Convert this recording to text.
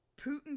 Putin